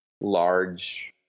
large